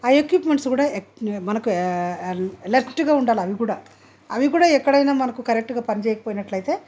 ఆ ఎక్విప్మెంట్స్ కూడా మనకు అలెర్ట్గా ఉండాలి అవి కూడా ఎక్కడైనా మనకు కరెక్ట్గా పని చేయకపోయినట్లయితే